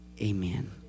Amen